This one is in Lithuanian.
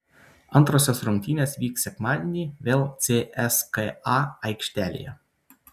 antrosios rungtynės vyks sekmadienį vėl cska aikštelėje